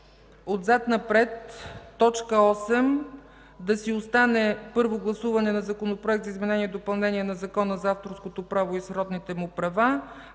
Отзад напред т. 8 да си остане Първо гласуване на Законопроекта за изменение и допълнение на Закона за авторското право и сродните му права,